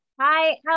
Hi